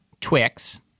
Twix